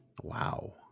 Wow